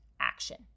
action